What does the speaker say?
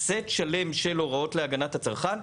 סט שלם של הוראות להגנת הצרכן.